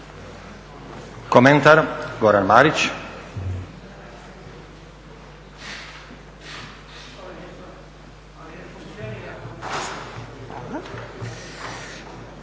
Komentar Goran Marić.